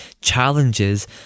challenges